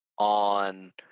on